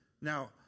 Now